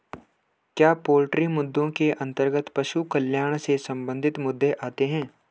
क्या पोल्ट्री मुद्दों के अंतर्गत पशु कल्याण से संबंधित मुद्दे आते हैं?